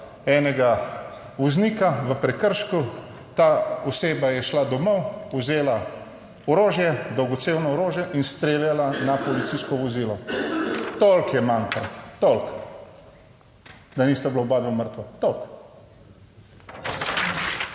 enega voznika v prekršku, ta oseba je šla domov, vzela orožje, dolgocevno orožje, in streljala na policijsko vozilo. Toliko je manjkalo, toliko, da nista bila oba dva mrtva. Toliko.